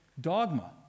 dogma